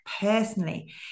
personally